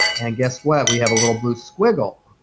and guess what, we have a little blue squiggle.